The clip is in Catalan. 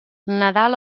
nadal